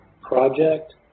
Project